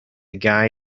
guy